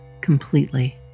completely